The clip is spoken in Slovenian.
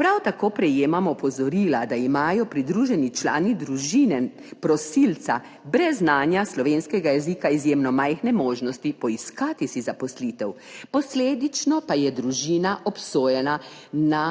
Prav tako prejemamo opozorila, da imajo pridruženi člani družine prosilca brez znanja slovenskega jezika izjemno majhne možnosti poiskati si zaposlitev, posledično pa je družina obsojena na